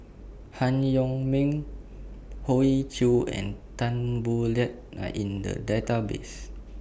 Han Yong May Hoey Choo and Tan Boo Liat Are in The Database